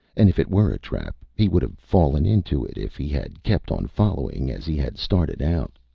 and if it were a trap, he would have fallen into it if he had kept on following as he had started out.